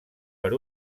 per